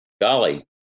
Golly